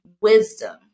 wisdom